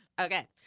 Okay